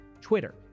Twitter